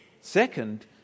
second